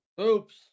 Oops